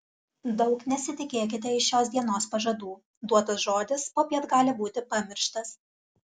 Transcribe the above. daug nesitikėkite iš šios dienos pažadų duotas žodis popiet gali būti pamirštas